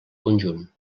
conjunt